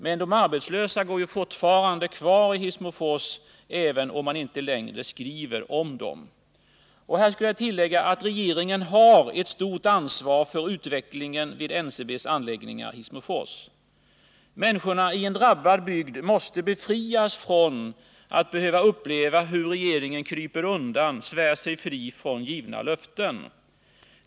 Men de arbetslösa går ju fortfarande kvar i Hissmofors, även om man inte längre skriver om dem. Regeringen har ett stort ansvar för utvecklingen vid NCB:s anläggningar i Hissmofors. Människorna i en drabbad bygd måste befrias från att behöva uppleva hur regeringen kryper undan, svär sig fri från givna löften.